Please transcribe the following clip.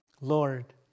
Lord